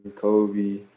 Kobe